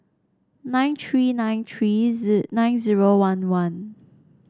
nine tree nine tree nine zero one one